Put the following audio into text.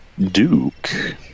Duke